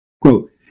Quote